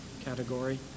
category